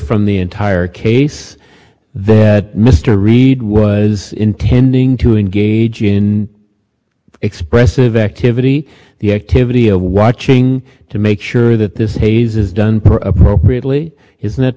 from the entire case that mr reed was intending to engage in expressive activity the activity of watching to make sure that this haze is done appropriately is not